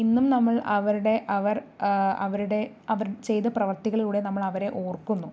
ഇന്നും നമ്മൾ അവരുടെ അവർ ആ അവരുടെ അവർ ചെയ്ത പ്രവർത്തികളിലൂടെ നമ്മൾ അവരെ ഓർക്കുന്നു